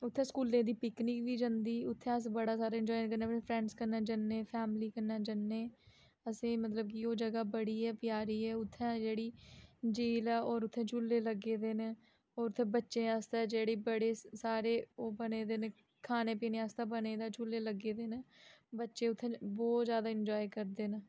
उत्थें स्कूलें दी पिकनिक बी जंदी उत्थें अस बड़ा सारा एंजॉय करने अपने फ्रेंडस कन्नै जन्ने फैमली कन्नै जन्ने असेंई मतलब कि ओह् जगह् बड़ी गै प्यारी ऐ उत्थें जेह्ड़ी झील ऐ होर उत्थें झूले लग्गे दे न होर उत्थें बच्चें आस्तै जेह्ड़े बड़े सारे ओह् बने दे न खाने पीने आस्तै बने दा झूले लग्गे दे न बच्चे उत्थे बोह्त ज्यादा एंजाय करदे न